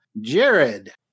Jared